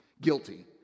guilty